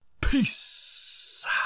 Peace